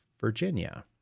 Virginia